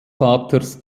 vaters